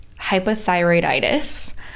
hypothyroiditis